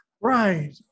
Right